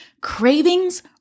cravings